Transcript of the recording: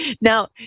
Now